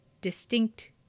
distinct